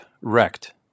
wrecked